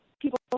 people